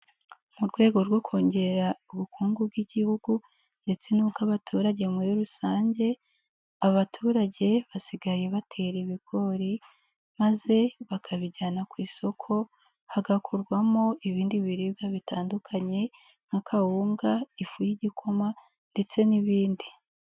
Mu rwego rwo kongera ubukungu bw'Igihugu ndetse n'ubw'abaturage muri rusange, abaturage basigaye batera ibigori maze bakabijyana ku isoko, hagakorwamo ibindi biribwa bitandukanye, nk'akawunga, ifu y'igikoma ndetse n'ibindi.